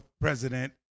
president